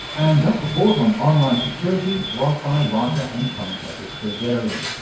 and that report on online security was by writer and commentator stilgherrian.